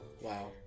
Wow